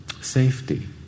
safety